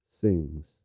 sings